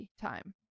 time